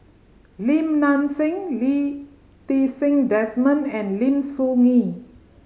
Lim Nang Seng Lee Ti Seng Desmond and Lim Soo Ngee